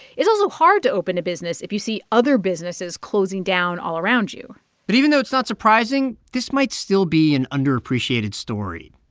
it's also hard to open a business if you see other businesses closing down all around you but even though it's not surprising, this might still be an underappreciated story.